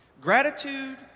Gratitude